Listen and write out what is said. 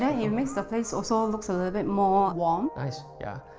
yeah it makes the place also looks a little bit more warm nice, yeah.